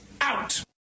out